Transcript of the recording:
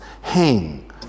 hang